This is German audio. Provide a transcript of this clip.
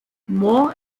mohr